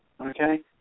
Okay